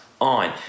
on